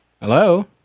Hello